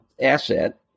asset